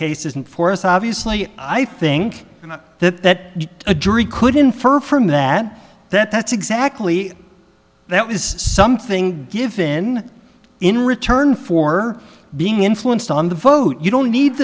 case isn't for us obviously i think that a jury could infer from that that that's exactly that was something given in return for being influenced on the vote you don't need